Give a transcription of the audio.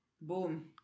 Boom